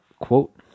quote